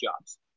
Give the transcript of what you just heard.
jobs